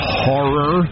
horror